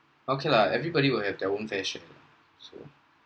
okay lah everybody will have their own fair share so